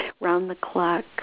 round-the-clock